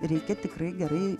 reikia tikrai gerai